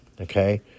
okay